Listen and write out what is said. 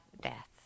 death